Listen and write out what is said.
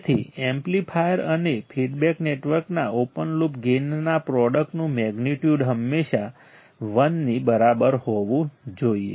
તેથી એમ્પ્લીફાયર અને ફીડબેક નેટવર્કના ઓપન લૂપ ગેઈનના પ્રોડક્ટનું મેગ્નિટ્યુડ હંમેશા 1 ની બરાબર હોવું જોઈએ